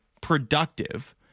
productive